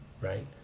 right